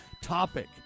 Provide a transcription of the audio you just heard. topic